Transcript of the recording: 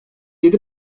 yedi